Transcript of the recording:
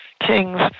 kings